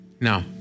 Now